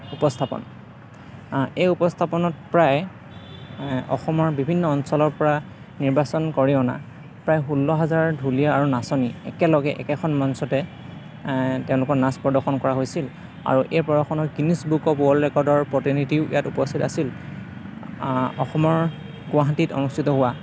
উপস্থাপন এই উপস্থাপনত প্ৰায় অসমৰ বিভিন্ন অঞ্চলৰ পৰা নিৰ্বাচন কৰি অনা প্ৰায় ষোল্ল হাজাৰ ঢুলীয়া আৰু নাচনী একেলগে একেখন মঞ্চতে তেওঁলোকৰ নাচ প্ৰদৰ্শন কৰা হৈছিল আৰু এই প্ৰদৰ্শনৰ গিনিজ বুক অৱ ওৱৰ্ল্ড ৰেকৰ্ডৰ প্ৰতিনিধিও ইয়াত উপস্থিত আছিল অসমৰ গুৱাহাটীত অনুষ্ঠিত হোৱা